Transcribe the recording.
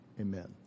Amen